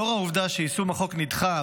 לאור העובדה שיישום החוק נדחה,